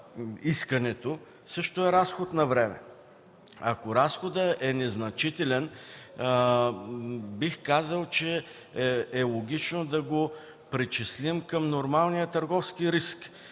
също е разход на време. Ако разходът е незначителен, бих казал, че е логично да го причислим към нормалния търговски риск,